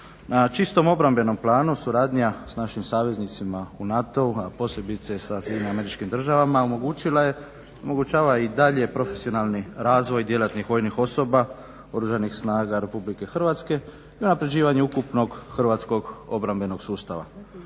Na čisto obrambenom planu suradnja sa našim saveznicima u NATO-u a posebice sa SAD omogućila je i omogućava i dalje profesionalni razvoj djelatnih vojnih osoba Oružanih snaga RH prema unapređivanju ukupnog hrvatskog obrambenog sustava.